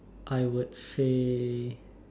I would say